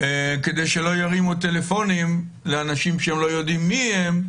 כדי שלא ירימו טלפונים לאנשים שלא יודעים מי הם,